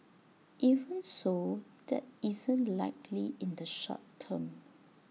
even so that isn't likely in the short term